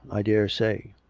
i dare say.